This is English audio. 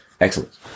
Excellent